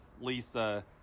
Lisa